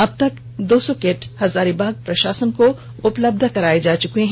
अभी तक दो सौ किट हजारीबाग प्रशासन को उपलब्ध कराया जा चुका है